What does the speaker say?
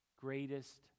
greatest